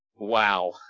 Wow